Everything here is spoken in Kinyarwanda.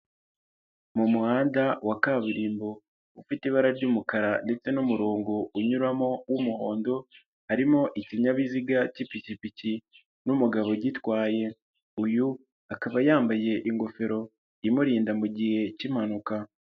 Mu muhanda wa kaburimbo ufite ibara ry'umukara ndetse n'umurongo unyuramo w'umuhondo, harimo ikinyabiziga k'iipikipiki n'umugabo ugitwaye, uyu akaba yambaye ingofero imurinda mu gihe k'impanuka.